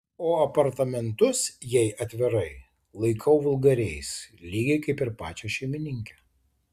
o apartamentus jei atvirai laikau vulgariais lygiai kaip ir pačią šeimininkę